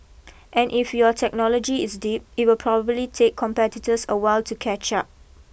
and if your technology is deep it will probably take competitors a while to catch up